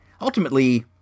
ultimately